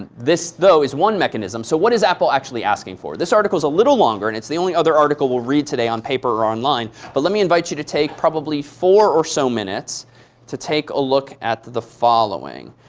and this though is one mechanism. so what is apple actually asking for? this article's a little longer. and it's the only other article we'll read today on paper or online. but let me invite you to take probably four or so minutes to take a look at the following.